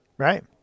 Right